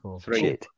Three